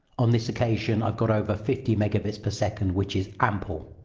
on this occasion, i've got over fifty megabits per second, which is ample.